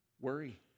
Worry